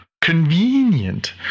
Convenient